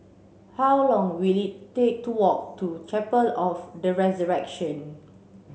how long will it take to walk to Chapel of the Resurrection